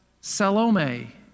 Salome